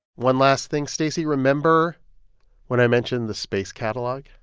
one last thing, stacey. remember when i mentioned the space catalog?